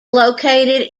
located